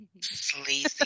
Sleazy